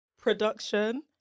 Production